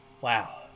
Wow